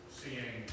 seeing